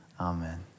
Amen